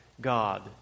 God